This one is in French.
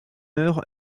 heure